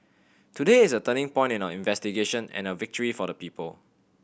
today is a turning point in our investigation and a victory for the people